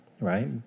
right